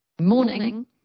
Morning